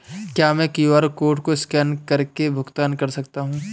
क्या मैं QR code को स्कैन करके भुगतान कर सकता हूं?